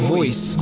Voice